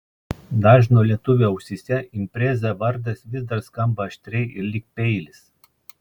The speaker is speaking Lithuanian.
dažno lietuvio ausyse impreza vardas vis dar skamba aštriai lyg peilis